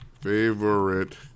favorite